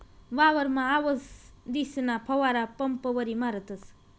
वावरमा आवसदीसना फवारा पंपवरी मारतस